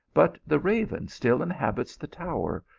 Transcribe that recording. but the raven still inhabits the tower,